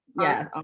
Yes